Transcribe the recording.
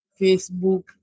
Facebook